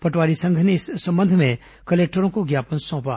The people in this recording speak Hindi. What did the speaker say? पटवारी संघ ने इस संबंध में कलेक्टरों को ज्ञापन सौंपा